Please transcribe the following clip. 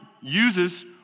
uses